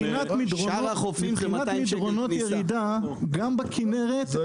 מבחינת מדרונות ירידה גם בכנרת --- שאר החופים זה 200 שקל כניסה.